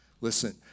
Listen